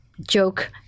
joke